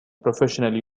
professionally